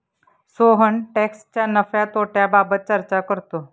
सोहन टॅक्सच्या नफ्या तोट्याबाबत चर्चा करतो